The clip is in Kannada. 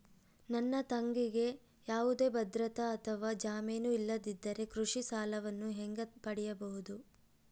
ನನ್ನ ತಂಗಿಗೆ ಯಾವುದೇ ಭದ್ರತೆ ಅಥವಾ ಜಾಮೇನು ಇಲ್ಲದಿದ್ದರೆ ಕೃಷಿ ಸಾಲವನ್ನು ಹೆಂಗ ಪಡಿಬಹುದು?